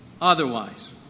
otherwise